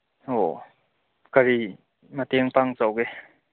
ꯑꯣ ꯀꯔꯤ ꯃꯇꯦꯡ ꯄꯥꯡꯖꯧꯒꯦ